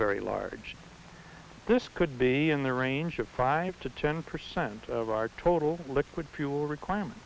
very large this could be in the range of five to ten percent of our total liquid fuel requirement